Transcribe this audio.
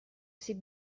sais